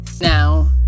Now